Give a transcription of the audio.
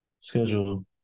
Schedule